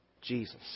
Jesus